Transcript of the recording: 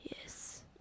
Yes